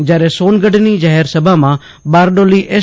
જ્યારે સોનગઢની જાહેર સભામાં બારડોલી એસ